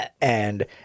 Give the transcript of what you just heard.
and-